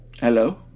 Hello